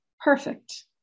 Perfect